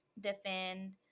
defend